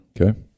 Okay